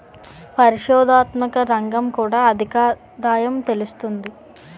పరిశోధనాత్మక రంగం కూడా అధికాదాయం తెస్తుంది